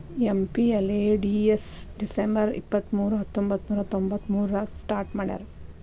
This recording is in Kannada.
ಎಂ.ಪಿ.ಎಲ್.ಎ.ಡಿ.ಎಸ್ ಡಿಸಂಬರ್ ಇಪ್ಪತ್ಮೂರು ಹತ್ತೊಂಬಂತ್ತನೂರ ತೊಂಬತ್ತಮೂರಾಗ ಸ್ಟಾರ್ಟ್ ಮಾಡ್ಯಾರ